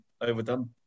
overdone